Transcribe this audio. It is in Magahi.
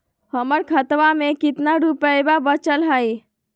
हमर खतवा मे कितना रूपयवा बचल हई?